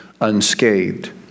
unscathed